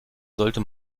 sollte